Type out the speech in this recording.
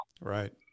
Right